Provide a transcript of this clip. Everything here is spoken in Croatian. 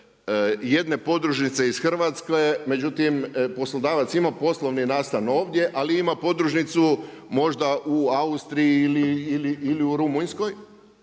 jedne podružnice iz Hrvatske, međutim poslodavac ima poslovni nastan ovdje, ali ima podružnicu možda u Austriji ili u Rumunjskoj.